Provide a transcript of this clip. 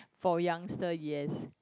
for youngster yes